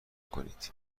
کنید